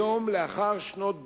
היום, לאחר שנות דור,